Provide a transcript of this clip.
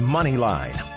Moneyline